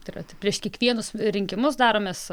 tai yra prieš kiekvienus rinkimus daromės